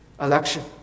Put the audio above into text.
election